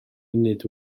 munud